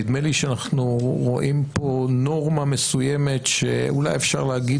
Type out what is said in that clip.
נדמה לי שאנחנו רואים פה נורמה מסוימת שאולי אפשר להגיד